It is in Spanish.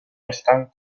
están